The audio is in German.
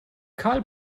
karl